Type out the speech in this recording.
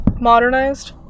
modernized